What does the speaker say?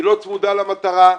היא לא צמודה למטרה,